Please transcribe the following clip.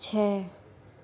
छह